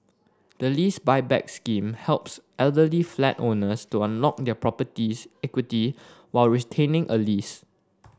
the Lease Buyback Scheme helps elderly flat owners to unlock their property's equity while retaining a lease